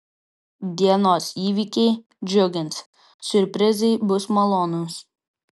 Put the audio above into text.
dienos įvykiai džiugins siurprizai bus malonūs